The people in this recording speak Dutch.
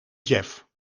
jef